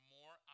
more